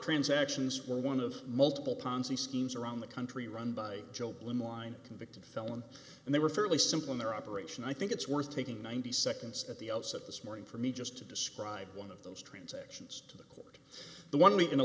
transactions where one of multiple ponzi schemes around the country run by joe lynn line convicted felon and they were fairly simple in their operation i think it's worth taking ninety seconds at the outset this morning for me just to describe one of those transactions to the court the one